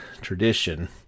tradition